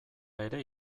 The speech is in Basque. ere